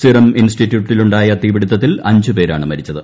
serum ഇൻസ്റ്റിറ്റ്യൂട്ടിലുണ്ടായ തീപിടുത്തതിൽ അഞ്ചു പേരാണ് മരിച്ചത്